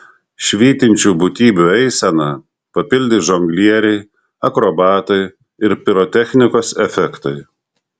švytinčių būtybių eiseną papildys žonglieriai akrobatai ir pirotechnikos efektai